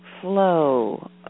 flow